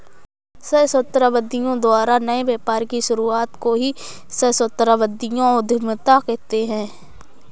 सहस्राब्दियों द्वारा नए व्यापार की शुरुआत को ही सहस्राब्दियों उधीमता कहते हैं